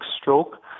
stroke